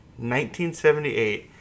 1978